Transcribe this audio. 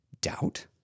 doubt